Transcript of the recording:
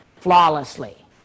flawlessly